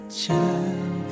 child